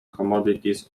commodities